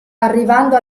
arrivando